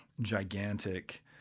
gigantic